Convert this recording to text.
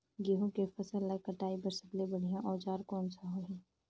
गहूं के फसल ला कटाई बार सबले बढ़िया औजार कोन सा होही?